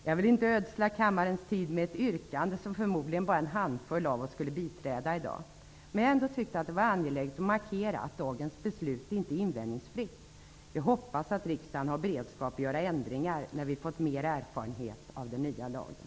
Jag vill inte ödsla kammarens tid med ett yrkande, som förmodligen bara en handfull av oss skulle biträda i dag. Jag har ändå tyckt att det varit angeläget att markera att dagens beslut inte är invändningsfritt. Jag hoppas att riksdagen har beredskap att göra ändringar när vi fått mer erfarenhet av den nya lagen.